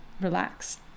relax